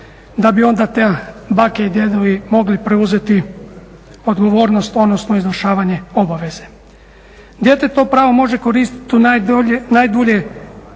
da bi onda te bake i djedovi mogli preuzeti odgovornost odnosno izvršavanje obaveze. Dijete to pravo može koristiti najdulje